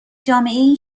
جامعهای